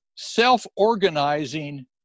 self-organizing